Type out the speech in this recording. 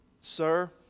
Sir